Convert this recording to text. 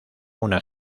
una